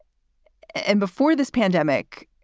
and before this pandemic.